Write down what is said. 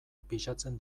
pisatzen